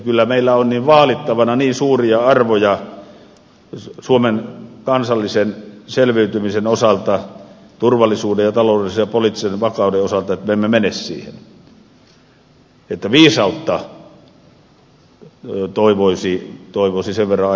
kyllä meillä on vaalittavana niin suuria arvoja suomen kansallisen selviytymisen osalta turvallisuuden ja taloudellisen ja poliittisen vakauden osalta että me emme mene siihen viisautta toivoisi sen verran aina löytyvän